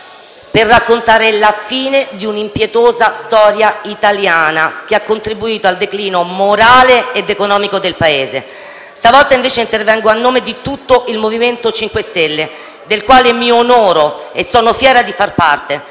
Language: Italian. per raccontare la fine di un'impietosa storia italiana che ha contribuito al declino morale ed economico del Paese. Stavolta intervengo, invece, a nome di tutto il MoVimento 5 Stelle, di cui mi onoro e sono fiera di far parte,